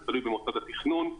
זה תלוי במוסד התכנון,